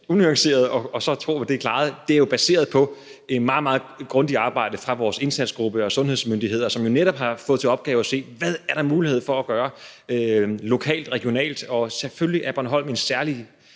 unuanceret at tro, at så er det klaret. Det er jo baseret på et meget, meget grundigt arbejde fra vores indsatsgruppe og sundhedsmyndigheder, som netop har fået til opgave at se på, hvad der er mulighed for at gøre lokalt og regionalt. Og selvfølgelig er Bornholm i en særlig